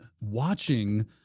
watching